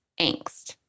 angst